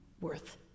worth